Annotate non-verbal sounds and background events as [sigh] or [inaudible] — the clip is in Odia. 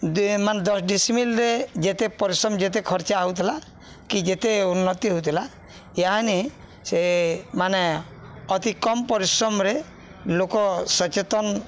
[unintelligible] ମାନେ ଦଶ ଡ଼ିସିମିଲ୍ରେ ଯେତେ ପରିଶ୍ରମ ଯେତେ ଖର୍ଚା ହଉଥିଲା କି ଯେତେ ଉନ୍ନତି ହଉଥିଲା ଏହାନି ସେ ମାନେ ଅତି କମ୍ ପରିଶ୍ରମରେ ଲୋକ ସଚେତନ୍